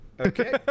okay